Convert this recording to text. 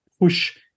push